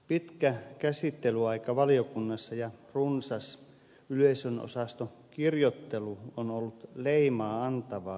pitkä käsittelyaika valiokunnassa ja runsas yleisönosastokirjoittelu on ollut leimaa antavaa aselain uusimiselle